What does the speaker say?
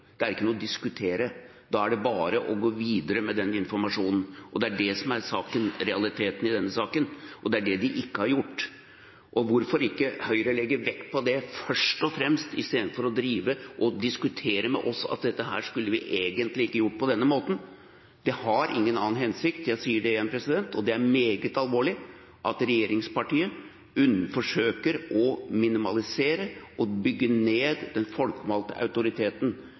det er ikke noe å diskutere, da er det bare å gå videre med den informasjonen, og det er det som er realiteten i denne saken, og det er det de ikke har gjort. Og hvorfor legger ikke Høyre først og fremst vekt på det, istedenfor å drive å diskutere med oss at dette skulle vi egentlig ikke ha gjort på denne måten? Det har ingen annen hensikt – jeg sier det igjen, og det er meget alvorlig – enn at regjeringspartiet forsøker å minimalisere og bygge ned den folkevalgte autoriteten